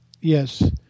Yes